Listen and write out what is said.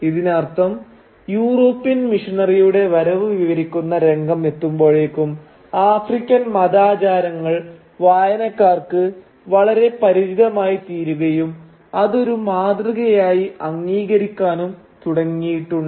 ഇതിനർത്ഥം യൂറോപ്യൻ മിഷണറിയുടെ വരവ് വിവരിക്കുന്ന രംഗം എത്തുമ്പോഴേക്കും ആഫ്രിക്കൻ മതാചാരങ്ങൾ വായനക്കാർക്ക് വളരെ പരിചിതമായിത്തീരുകയും അതൊരു മാതൃകയായി അംഗീകരിക്കാനും തുടങ്ങിയിട്ടുണ്ട്